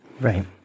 Right